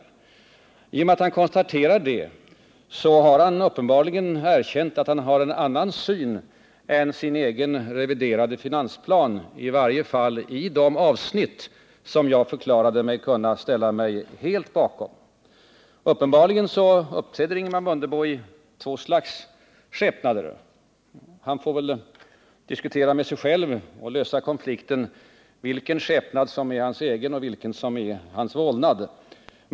I och med att han konstaterar detta har han uppenbarligen erkänt att han har en annan syn än sin egen reviderade finansplan, i varje fall i de avsnitt som jag förklarade att jag kunde ställa mig helt bakom. Uppenbarligen uppträder Ingemar Mundebo i två skepnader. Han får väl diskutera med sig själv och lösa konflikten om vilken skepnad som är hans egen och vilken som är hans vålnad.